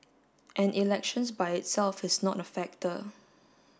and elections by itself is not a factor